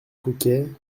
coquet